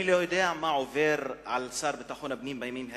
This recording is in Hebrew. אני לא יודע מה עובר על השר לביטחון הפנים בימים האלה.